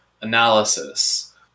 analysis